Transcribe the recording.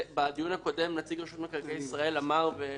בדיון הקודם נציג רשות מקרקעי ישראל אמר בצדק,